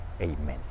Amen